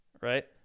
Right